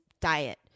diet